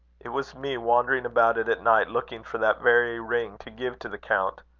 it was me wandering about it at night, looking for that very ring, to give to the count.